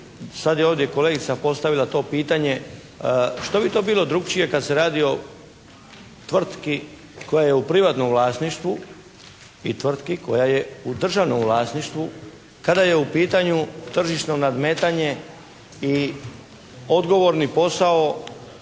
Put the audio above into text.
sad je ovdje kolegica postavila to pitanje, što bi to bilo drukčije kad se radi o tvrtki koja je u privatnom vlasništvu i tvrtki koja je u državnom vlasništvu kada je u pitanju tržišno nadmetanje i odgovorni posao